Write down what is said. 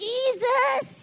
Jesus